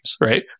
right